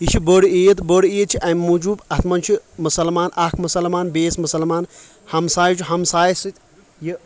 یہِ چھِ بٔڑ عید بٔڑ عید چھِ امہِ موٗجوٗب اتھ منٛز چھُ مسلمان اکھ مسلمان بیٚیِس مسلمان ہمساے چھُ ہمسایس سۭتۍ یہِ